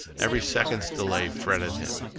every second's delay fretted him.